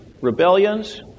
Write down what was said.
rebellions